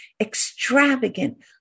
extravagant